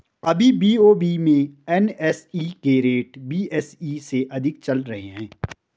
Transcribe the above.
अभी बी.ओ.बी में एन.एस.ई के रेट बी.एस.ई से अधिक ही चल रहे हैं